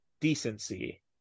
decency